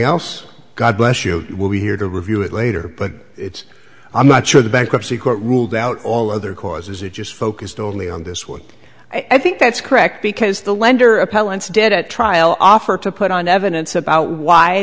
else god bless you we'll be here to review it later but it's i'm not sure the bankruptcy court ruled out all other causes it just focused only on this one i think that's correct because the lender appellants did a trial offer to put on evidence about why